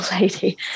lady